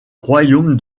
royaume